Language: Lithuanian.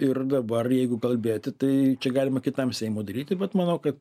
ir dabar jeigu kalbėti tai galima kitam seimui daryti bet manau kad